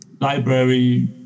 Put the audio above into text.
library